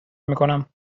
میکنم